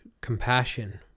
compassion